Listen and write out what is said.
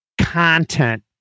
content